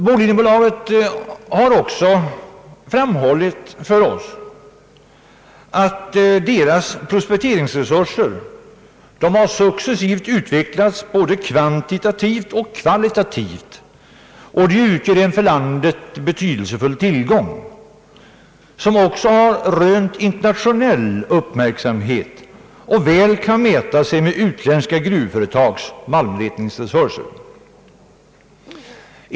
Bolidenbolaget har också framhållit för oss att dess prospekteringsresurser successivt har utvecklats både kvantitativt och kvalitativt. De utgör en för landet betydelsefull tillgång som också har rönt internationell uppmärksamhet och väl kan mäta sig med utländska gruvföretags malmletningsresurser.